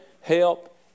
help